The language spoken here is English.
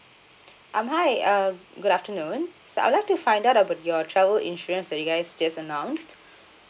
um hi uh good afternoon so I'd like to find out about your travel insurance that you guys just announced